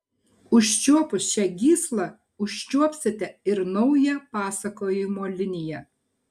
užčiuopus šią gyslą užčiuopsite ir naują pasakojimo liniją